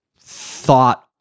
thought